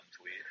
tweet